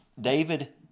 David